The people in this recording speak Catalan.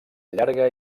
llarga